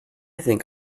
think